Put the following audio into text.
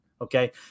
okay